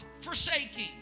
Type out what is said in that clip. forsaking